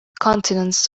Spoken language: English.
continents